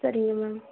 சரிங்க மேம்